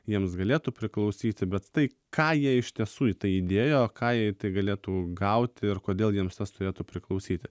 jiems galėtų priklausyti bet tai ką jie iš tiesų į tai įdėjo ką jie į tai galėtų gauti ir kodėl jiems turėtų priklausyti